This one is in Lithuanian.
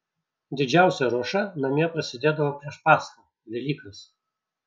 didžiausia ruoša namie prasidėdavo prieš paschą velykas